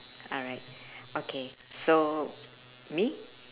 alright okay so me